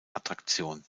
attraktion